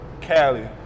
Cali